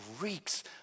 reeks